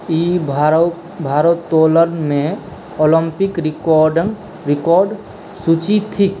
ई भारोत्तोलनमे ओलम्पिक रिकॉर्डक सूची थिक